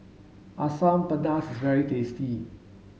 asam pedas is very tasty